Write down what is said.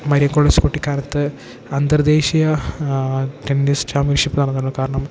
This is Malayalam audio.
മരിയകൊളുസ്സ് കുട്ടിക്കാലത്ത് അന്തർദേശീയ ടെന്നീസ് ചാമ്പ്യൻഷിപ്പ് നടത്തുന്നു കാരണം